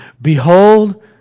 Behold